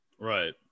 Right